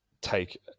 take